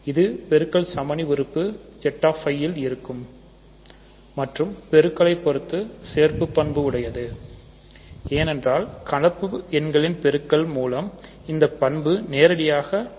இங்கு பெருக்கல் சமணி உறுப்பு 1 என்பது Z i இல் இருக்கும் மற்றும் பெருக்கலைப் பொறுத்து இது சேர்ப்பு பங்கு உடையது ஏனென்றால் கலப்பு எண்களின் பெருக்கல் மூலம் இந்த பண்பு நேரடியாக வந்துவிடும்